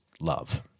love